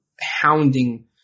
hounding